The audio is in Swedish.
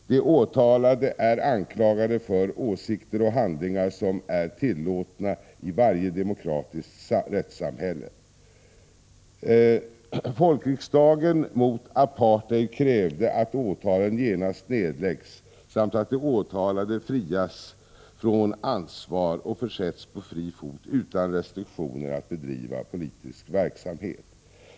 De åtalade är anklagade för åsikter och handlingar som är tillåtna i varje demokratiskt rättssamhälle. Folkriksdagen mot apartheid krävde att åtalen genast skulle nedläggas och de åtalade frias från ansvar och försattes på fri fot utan restriktioner i sin rätt att bedriva politisk verksamhet.